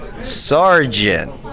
sergeant